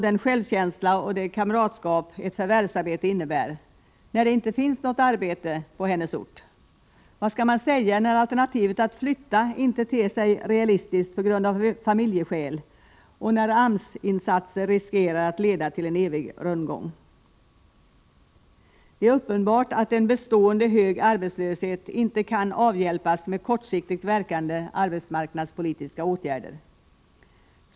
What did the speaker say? den självkänsla och det kamratskap ett förvärvsarbete innebär — när det inte finns något arbete att få på hennes ort? Vad skall man säga när alternativet att flytta inte ter sig realistiskt av familjeskäl och när AMS-insatser riskerar att leda till en evig rundgång? Det är uppenbart att en bestående hög arbetslöshet inte kan avhjälpas med kortsiktigt verkande arbetsmarknadspolitiska åtgärder.